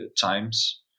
times